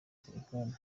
telefoni